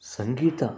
ಸಂಗೀತ